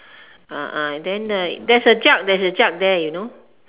uh uh then like there's a jug there's a jug there you know